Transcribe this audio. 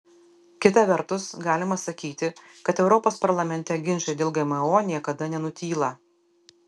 kita vertus galima sakyti kad europos parlamente ginčai dėl gmo niekada nenutyla